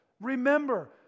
Remember